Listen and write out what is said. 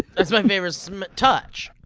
that's my favorite touch.